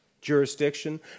jurisdiction